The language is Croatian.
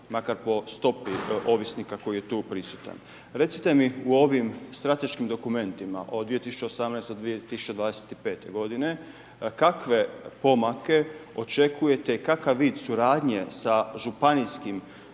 makar po stopi ovisnika koji je tu prisutan. Recite mi u ovim strateškim dokumentima od 2017.-2025., kakve pomake očekujete i kakav vid suradnje sa županijskim